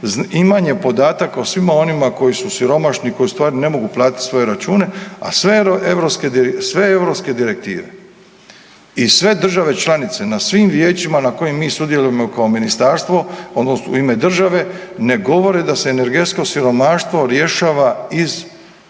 imanje podataka o svima onima koji su siromašni, koji stvarno ne mogu platiti svoje račune a sve europske direktive i sve države članice na svim vijećima na kojima mi sudjelujemo kao Ministarstvo odnosno u ime države ne govore da se energetsko siromaštvo rješava iz